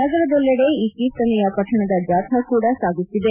ನಗರದೆಲ್ಲೆಡೆ ಈ ಕೀರ್ತನೆಯ ಪರಣದ ಜಾಥಾ ಕೂಡಾ ಸಾಗುತ್ತಿದೆ